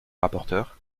rapporteure